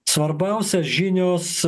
svarbiausia žinios